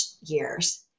years